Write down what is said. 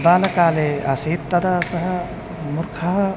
बाल्यकाले आसीत् तदा सः मूर्खः